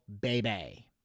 baby